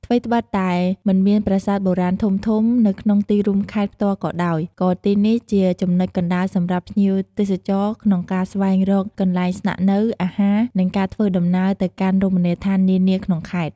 ថ្វីត្បិតតែមិនមានប្រាសាទបុរាណធំៗនៅក្នុងទីរួមខេត្តផ្ទាល់ក៏ដោយ ក៏ទីនេះជាចំណុចកណ្ដាលសម្រាប់ភ្ញៀវទេសចរក្នុងការស្វែងរកកន្លែងស្នាក់នៅ អាហារ និងការធ្វើដំណើរទៅកាន់រមណីយដ្ឋាននានាក្នុងខេត្ត។